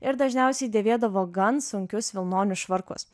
ir dažniausiai dėvėdavo gan sunkius vilnonius švarkus